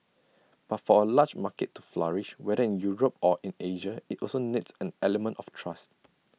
but for A large market to flourish whether in Europe or in Asia IT also needs an element of trust